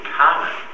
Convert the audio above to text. common